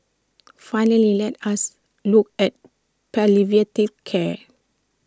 finally let us look at care